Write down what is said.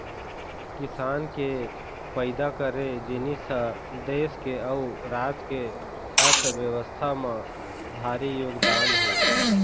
किसान के पइदा करे जिनिस ह देस के अउ राज के अर्थबेवस्था म भारी योगदान हे